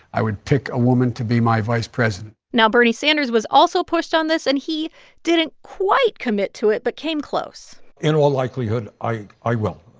i would pick a woman to be my vice president now, bernie sanders was also pushed on this, and he didn't quite commit to it but came close in all likelihood, i i will.